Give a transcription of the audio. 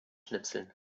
schnipseln